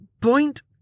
point